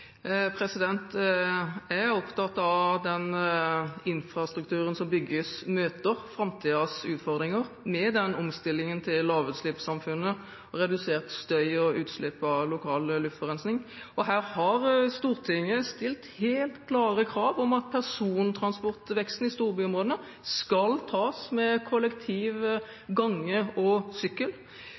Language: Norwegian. Jeg er opptatt av at den infrastrukturen som bygges, møter framtidens utfordringer med omstillingen til lavutslippssamfunnet og redusert støy og utslipp av lokal luftforurensning. Her har Stortinget stilt helt klare krav om at persontransportveksten i storbyområdene skal tas med kollektivtrafikk, gange og sykkel.